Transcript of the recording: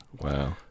Wow